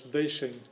deixem